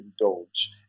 indulge